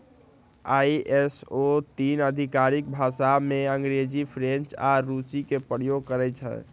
ISO तीन आधिकारिक भाषामें अंग्रेजी, फ्रेंच आऽ रूसी के प्रयोग करइ छै